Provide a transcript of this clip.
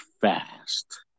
fast